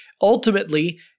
Ultimately